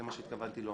זה מה שהתכוונתי לומר.